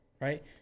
right